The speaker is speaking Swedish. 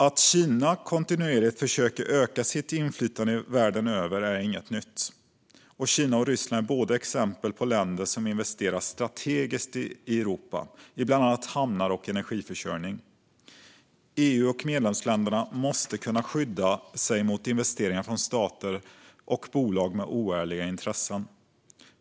Att Kina kontinuerligt försöker öka sitt inflytande världen över är inget nytt. Kina och Ryssland är båda exempel på länder som investerar strategiskt i Europa i bland annat hamnar och energiförsörjning. EU och medlemsländerna måste kunna skydda sig mot investeringar från stater och bolag med oärliga intressen.